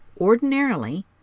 Ordinarily